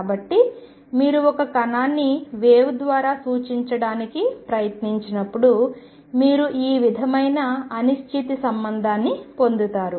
కాబట్టి మీరు ఒక కణాన్ని వేవ్ ద్వారా సూచించడానికి ప్రయత్నించినప్పుడు మీరు ఈ విధమైన అనిశ్చితి సంబంధాన్ని పొందుతారు